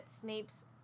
Snape's